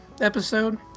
episode